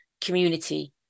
community